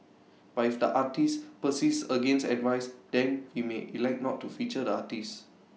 but if the artist persists against advice then we may elect not to feature the artist